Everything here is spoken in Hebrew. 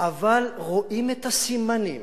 אבל רואים את הסימנים